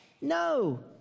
No